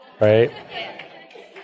Right